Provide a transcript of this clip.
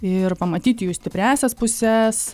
ir pamatyti jų stipriąsias puses